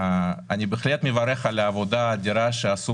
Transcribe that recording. אני בהחלט מברך על העבודה האדירה שעשו